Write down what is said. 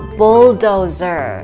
bulldozer